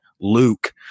Luke